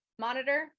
monitor